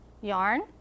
yarn